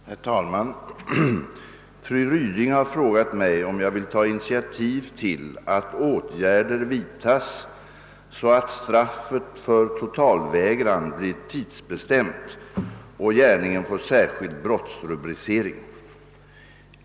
Herr talman! Fru Ryding har frågat mig om jag vill ta initiativ till att åtgärder vidtas så att straffet för totalvägran blir tidsbestämt och gärningen får särskild brottsrubricering.